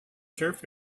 turf